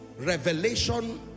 Revelation